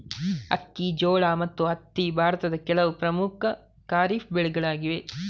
ಅಕ್ಕಿ, ಜೋಳ ಮತ್ತು ಹತ್ತಿ ಭಾರತದ ಕೆಲವು ಪ್ರಮುಖ ಖಾರಿಫ್ ಬೆಳೆಗಳಾಗಿವೆ